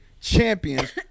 champions